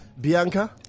Bianca